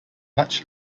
much